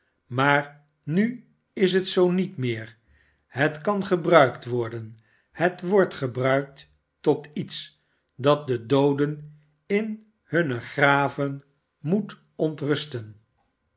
maar is het zoo niet meer het kan gebruikt worden het wordt genu bruikt tot iets dat de dooden in hunne graven moet ontrusten